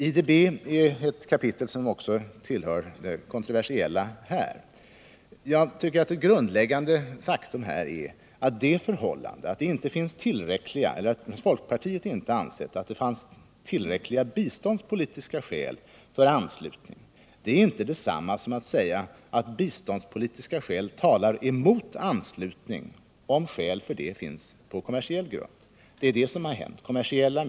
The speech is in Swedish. IDB är också ett kontroversiellt kapitel. Ett grundläggande faktum är att det förhållandet att folkpartiet har ansett att det inte fanns tillräckliga biståndspolitiska skäl för anslutning inte är detsamma som att säga att biståndspolitiska skäl talar emot anslutning, om skäl för det finns på kommersiella grunder. Det är det man anser har funnits.